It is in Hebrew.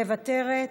מוותרת.